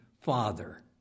father